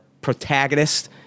protagonist